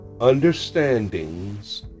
understandings